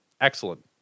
excellent